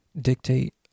dictate